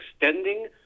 extending